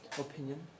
opinion